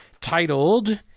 titled